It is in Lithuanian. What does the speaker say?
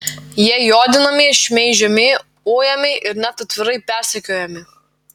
jie juodinami šmeižiami ujami ir net atvirai persekiojami